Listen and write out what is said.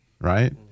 right